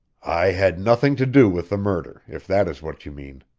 i had nothing to do with the murder, if that is what you mean,